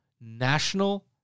National